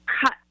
cut